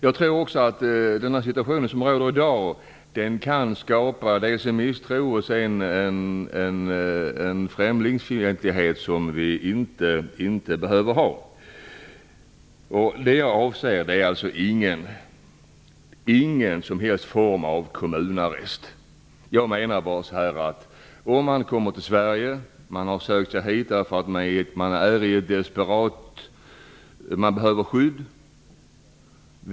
Jag tror att den situation som råder i dag kan skapa misstro och främlingsfientlighet som vi annars inte skulle behöva ha. Jag är inte för någon form av kommunarrest. En person kanske har sökt sig till Sverige för att han eller hon är desperat och behöver skydd.